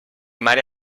mare